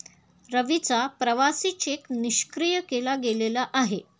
रवीचा प्रवासी चेक निष्क्रिय केला गेलेला आहे